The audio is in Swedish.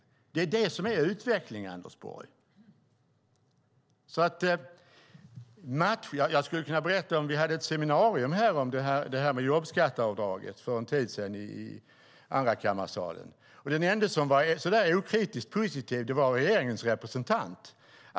Det är det som är utveckling, Anders Borg. Vi hade ett seminarium i andrakammarsalen för en tid sedan om jobbskatteavdraget. Den ende som var okritiskt positiv var regeringens representant.